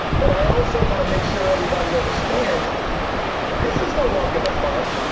but i also want to make sure everybody understands this is no walk in the park.